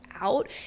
out